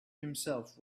himself